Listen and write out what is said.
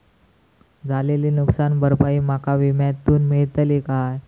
झालेली नुकसान भरपाई माका विम्यातून मेळतली काय?